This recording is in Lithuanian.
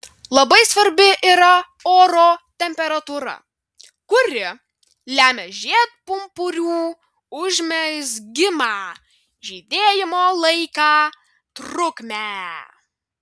labai svarbi yra oro temperatūra kuri lemia žiedpumpurių užmezgimą žydėjimo laiką trukmę